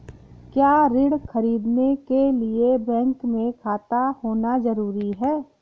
क्या ऋण ख़रीदने के लिए बैंक में खाता होना जरूरी है?